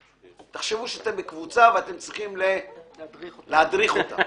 תחשבו שאתם בקבוצה ואתם צריכים להדריך אותה